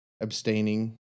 abstaining